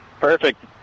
Perfect